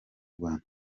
rwanda